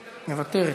מוותרת.